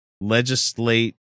legislate